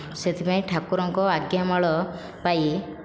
ସେଥିପାଇଁ ଠାକୁରଙ୍କ ଆଜ୍ଞାମାଳ ପାଇ